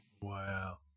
Wow